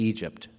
Egypt